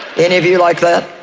any of you like that?